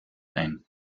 ein